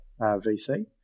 VC